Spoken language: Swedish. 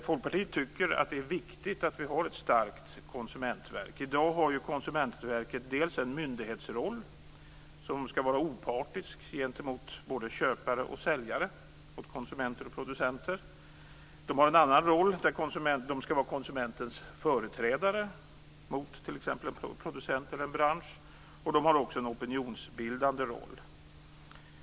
Folkpartiet tycker att det är viktigt att vi har ett starkt konsumentverk. I dag har ju Konsumentverket en myndighetsroll som skall vara opartisk gentemot både köpare och säljare, mot konsumenter och producenter. Det har en annan roll där det skall vara konsumentens företrädare mot t.ex. en producent eller en bransch. Det har också en opinionsbildande roll.